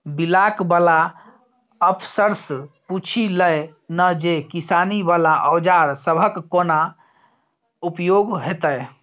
Block बला अफसरसँ पुछि लए ना जे किसानी बला औजार सबहक कोना उपयोग हेतै?